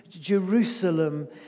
Jerusalem